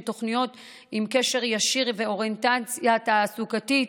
תוכניות עם קשר ישיר ואוריינטציה תעסוקתית,